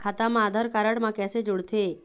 खाता मा आधार कारड मा कैसे जोड़थे?